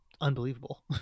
unbelievable